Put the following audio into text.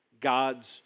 God's